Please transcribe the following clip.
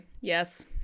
Yes